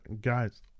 guys